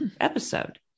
episode